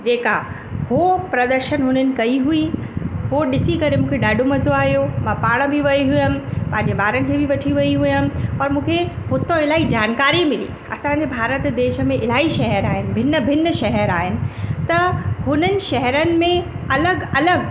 जेका हो प्रदर्शन हुननि कई हुई हो ॾिसी करे मूंखे ॾाढो मजो आयो मां पाण बि वई हुयमि पंहिंजो ॿारनि खे बि वठी वई हुयमि और मूंखे हुतो इलाही जानकारी मिली असांजे भारत देश में इलाही शहर आहिनि भिन्न भिन्न शहर आहिनि त हुननि शहरनि में अलॻि अलॻि